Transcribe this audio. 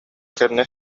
кэннэ